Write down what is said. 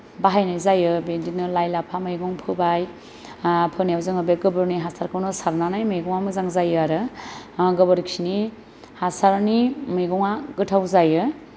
बाहायनाय जायो बिदिनो लाइ लाफा मैगं फोबाय फोनायाव जोङो बे गोबोरनि हासारखौनो सारनानै मैगंआ मोजां जायो आरो गोबोरखिनि हासारनि मैगंआ गोथाव जायो